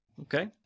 Okay